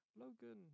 Logan